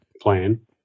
plan